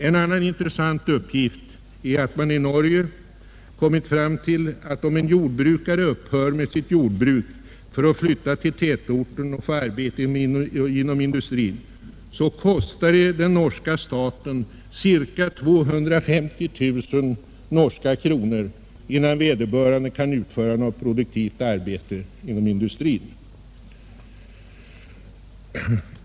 En annan intressant uppgift är att man i Norge kommit fram till att en jordbrukare, om han upphör med sitt jordbruk för att flytta till tätorten och få arbete inom industrin, kostar den norska staten ca 250 000 norska kronor innan vederbörande kan utföra något produktivt arbete inom industrin.